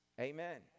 amen